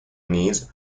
needs